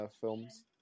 films